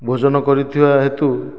ଭୋଜନ କରୁଥିବା ହେତୁ